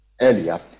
earlier